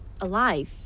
alive